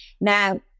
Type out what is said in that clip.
Now